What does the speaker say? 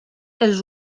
els